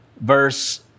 Verse